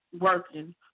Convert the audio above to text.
working